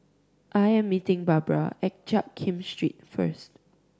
I am meeting Barbara at Jiak Kim Street first